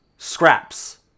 scraps